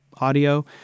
audio